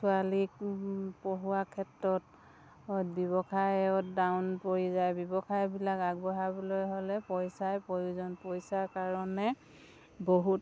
ছোৱালীক পঢ়োৱা ক্ষেত্ৰত ব্যৱসায়ত ডাউন পৰি যায় ব্যৱসায়বিলাক আগবঢ়াবলৈ হ'লে পইচাই প্ৰয়োজন পইচাৰ কাৰণে বহুত